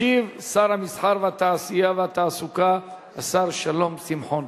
ישיב שר המסחר, התעשייה והתעסוקה, השר שלום שמחון.